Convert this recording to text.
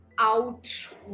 out